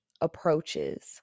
approaches